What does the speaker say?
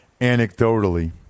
anecdotally